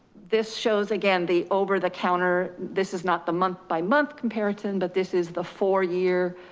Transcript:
this shows, again, the over the counter, this is not the month by month comparison, but this is the four year